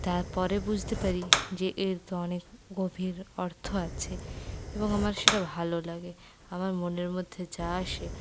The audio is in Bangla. তারপরে বুঝতে পারি যে এর তো অনেক গভীর অর্থ আছে এবং আমার সেটা ভালো লাগে আমার মনের মধ্যে যা আসে